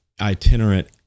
itinerant